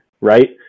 right